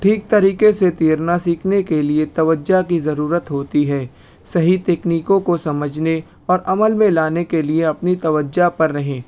ٹھیک طریقے سے تیرنا سیکھنے کے لیے توجہ کی ضرورت ہوتی ہے صحیح تکنیکوں کو سمجھنے اور عمل میں لانے کے لیے اپنی توجہ پر رہیں